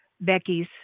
Becky's